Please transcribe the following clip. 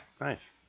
nice